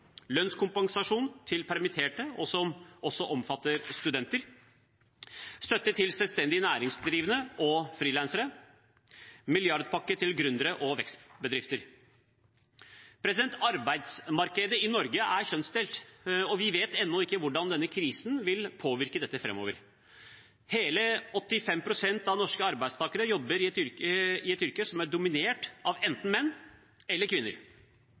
lønnskompensasjon til permitterte, som også omfatter studenter støtte til selvstendig næringsdrivende og frilansere milliardpakke til gründere og vekstbedrifter Arbeidsmarkedet i Norge er kjønnsdelt, og vi vet ennå ikke hvordan denne krisen vil påvirke dette framover. Hele 85 pst. av norske arbeidstakere jobber i et yrke som er dominert av enten menn eller kvinner.